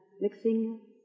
mixing